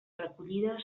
recollida